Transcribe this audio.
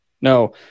No